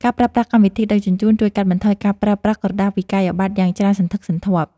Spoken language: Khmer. ការប្រើប្រាស់កម្មវិធីដឹកជញ្ជូនជួយកាត់បន្ថយការប្រើប្រាស់ក្រដាសវិក្កយបត្រយ៉ាងច្រើនសន្ធឹកសន្ធាប់។